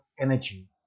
energy